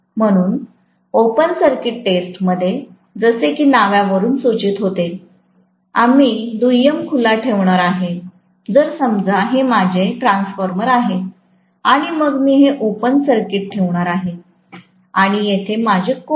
म्हणून open circuit टेस्टमध्ये जसे की नावावरून सूचित होते आम्ही दुय्यम खुला ठेवणार आहोत तर समजा हे माझे ट्रान्सफॉर्मर आहे आणि मग मी हे ओपन सर्किट ठेवणार आहे आणि येथे माझे कोर आहे